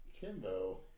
Kimbo